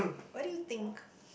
why do you think